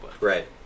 Right